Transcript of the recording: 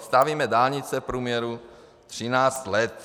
Stavíme dálnice v průměru 13 let.